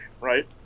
right